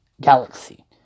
Galaxy